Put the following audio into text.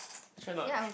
actually I not sure